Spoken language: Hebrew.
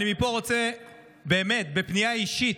מפה אני רוצה לפנות בפנייה אישית,